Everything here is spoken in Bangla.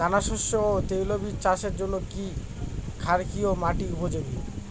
দানাশস্য ও তৈলবীজ চাষের জন্য কি ক্ষারকীয় মাটি উপযোগী?